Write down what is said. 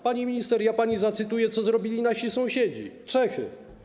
Pani minister, ja pani zacytuję, co zrobili nasi sąsiedzi, Czesi.